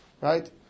right